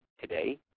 Today